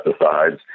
pesticides